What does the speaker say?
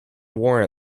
warrant